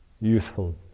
useful